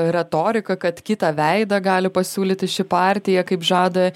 retoriką kad kitą veidą gali pasiūlyti ši partija kaip žada